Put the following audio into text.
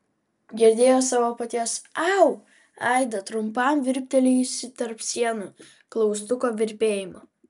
girdėjo savo paties au aidą trumpam virptelėjusį tarp sienų klaustuko virpėjimą